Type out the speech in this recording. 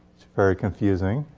it's very confusing.